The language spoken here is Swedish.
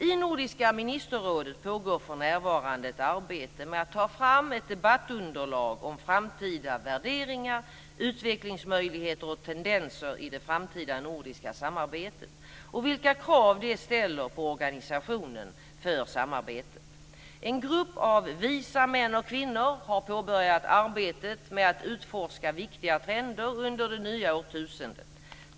I Nordiska ministerrådet pågår för närvarande ett arbete med att ta fram ett debattunderlag om framtida värderingar, utvecklingsmöjligheter och tendenser i det framtida nordiska samarbetet och vilka krav de ställer på organisationen för samarbetet. En grupp av visa män och kvinnor har påbörjat arbetet med att utforska viktiga trender under det nya årtusendet.